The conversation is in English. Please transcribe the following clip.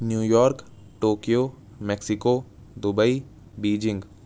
New York Tokyo Mexico Dubai Beijing